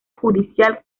judicial